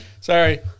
Sorry